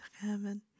Kevin